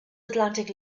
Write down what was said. atlantic